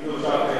אם כך,